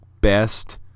best